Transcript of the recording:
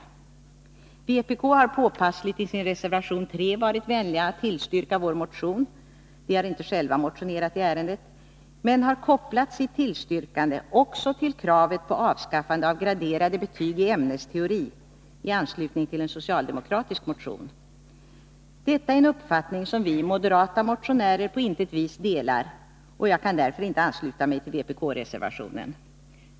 Vpk:s utskottsledamot har påpassligt i sin reservation 3 varit vänlig att tillstyrka vår motion — vpk har inte självt motionerat i ärendet — men har kopplat sitt tillstyrkande också till krav på avskaffande av graderade betyg i ämnesteori i anslutning till en socialdemokratisk motion. Detta är en uppfattning som vi moderata motionärer på intet vis delar, och jag kan därför inte ansluta mig till vpk-reservationen.